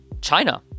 China